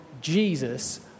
Jesus